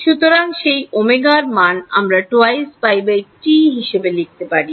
সুতরাং সেই w এরমান আমরা 2πT হিসাবে লিখতে পারি